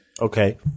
okay